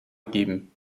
geben